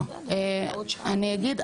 אני אגיד,